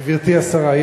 גברתי השרה,